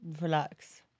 Relax